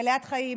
מלאת חיים,